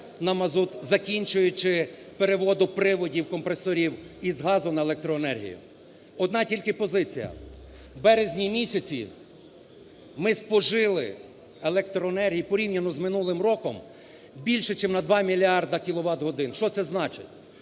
на мазут, закінчуючи переводом приводів компресорів із газу на електроенергію. Одна тільки позиція. В березні місяці ми спожили електроенергії порівняно з минулим роком більше чим на 2 мільярди кіловат годин. Що це значить?